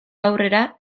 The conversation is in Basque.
aurrera